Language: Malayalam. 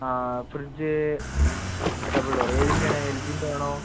ആ ഫ്രിഡ്ജ് ഡബിൾ ഡോറ് ഏതിൻ്റ ആണ് എൽജീൻ്റ ആണോ